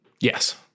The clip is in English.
Yes